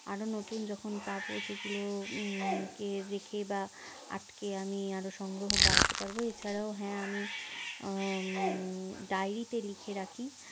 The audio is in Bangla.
আরো নতুন যখন পাব সেগুলো কে রেখে বা আটকে আমি আরো সংগ্রহ বাড়াতে পারবো এছাড়াও হ্যাঁ আমি ডায়েরিতে লিখে রাখি